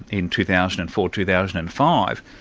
in two thousand and four, two thousand and five,